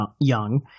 young